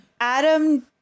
Adam